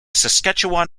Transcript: saskatchewan